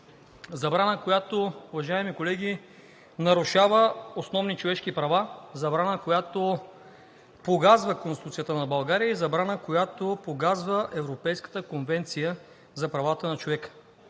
Забрана, която, уважаеми колеги, нарушава основни човешки права, забрана, която погазва Конституцията на България, и забрана, която погазва Европейската конвенция за правата на човека.